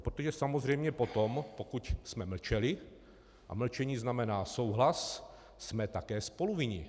Protože samozřejmě potom, pokud jsme mlčeli, a mlčení znamená souhlas, jsme také spoluvinni.